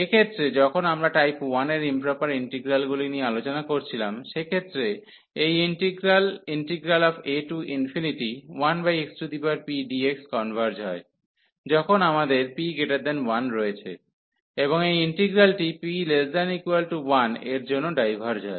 এক্ষেত্রে যখন আমরা টাইপ 1 এর ইম্প্রপার ইন্টিগ্রালগুলি নিয়ে আলোচনা করছিলাম সেক্ষেত্রে এই ইন্টিগ্রাল a1xpdx কনভার্জ হয় যখন আমাদের p 1 রয়েছে এবং এই ইন্টিগ্রালটি p≤1 এর জন্য ডাইভার্জ হয়